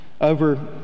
over